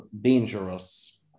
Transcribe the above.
dangerous